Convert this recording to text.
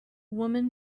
woman